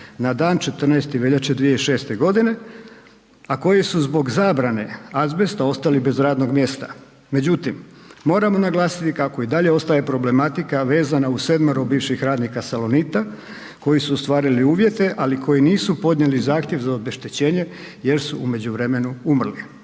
na dan 14. veljače 2006. g., a koji su zbog zabrane azbesta ostali bez radnog mjesta. Međutim, moramo naglasiti kako i dalje ostaje problematika vezana uz 7 bivših radnika Salonita koji su ostvarili uvjete, ali koji nisu podnijeli zahtjev za obeštećenje jer su u međuvremenu umrli.